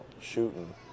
shooting